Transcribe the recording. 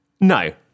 No